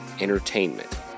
Entertainment